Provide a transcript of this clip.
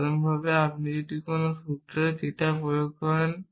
সাধারণভাবে আপনি যদি কোনো সূত্রে থিটা প্রয়োগ করেন